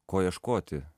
ko ieškoti